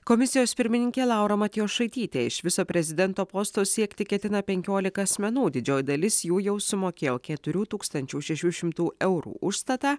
komisijos pirmininkė laura matjošaitytė iš viso prezidento posto siekti ketina penkiolika asmenų didžioji dalis jų jau sumokėjo keturių tūkstančių šešių šimtų eurų užstatą